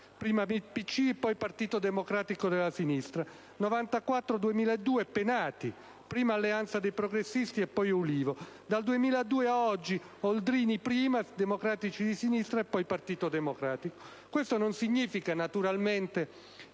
prima PCI e poi Partito Democratico della Sinistra; dal 1994 al 2002 Penati, prima Alleanza dei progressisti e poi L'Ulivo; dal 2002 ad oggi Oldrini, prima Democratici di Sinistra e poi Partito Democratico. Questo non significa, naturalmente,